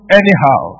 ...anyhow